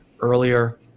earlier